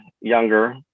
younger